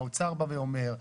האוצר בא ואומר,